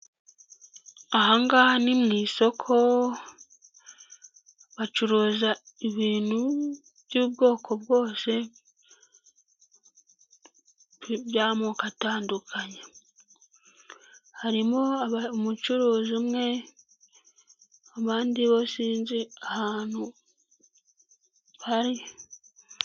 Ahangaha ni mu isoko bacuruza ibintu by'ubwoko bwose by'amoko atandukanye, harimo umucuruzi umwe abandi bo sinzi ahantu bari.